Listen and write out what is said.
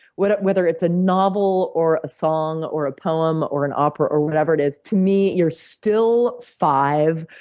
but whether it's a novel or a song or a poem or an opera or whatever it is, to me, you're still five,